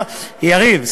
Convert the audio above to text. יריב,